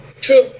True